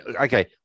okay